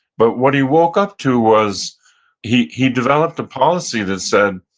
but what he woke up to was he he developed a policy that said,